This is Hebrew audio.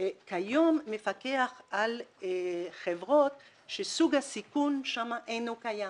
מפקח כיום על חברות שסוג הסיכון שם אינו קיים.